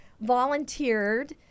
volunteered